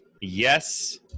Yes